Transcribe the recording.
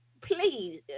please